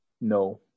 No